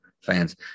fans